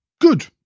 Good